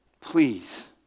please